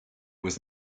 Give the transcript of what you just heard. was